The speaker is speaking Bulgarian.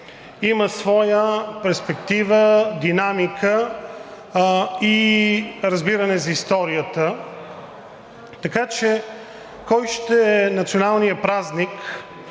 има своя перспектива, динамика и разбиране за историята, така че кой ще е националният празник